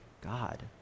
God